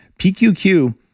PQQ